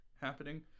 happening